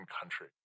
country